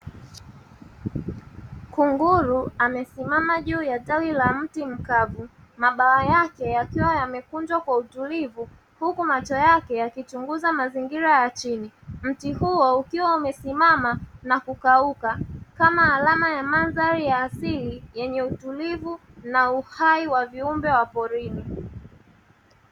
Kunguru amesimama juu ya tawi la mti mkavu mabawa yake yakiwa yamekunjwa kwa utulivu huku macho yake yakichunguza mazingira ya mti huo ukiwa umesimama na kukauka kama alama ya mandhari ya asili yenye utulivu na uhai wa viumbe wa porini.